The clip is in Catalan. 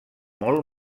molt